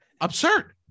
Absurd